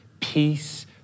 Peace